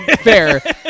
fair